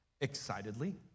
excitedly